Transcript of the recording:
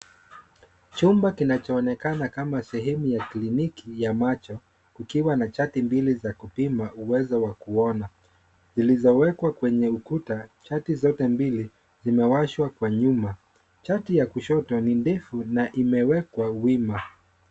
Chumba kinachoonekana kama sehemu ya kliniki ya macho kukiwa na chati mbili za kupima uwezo wa kuona lililozowekwa kwenye ukuta. Chati zote mbili zimewashwa kwa nyuma. Chati ya kushoto ni ndefu na imewekwa wima.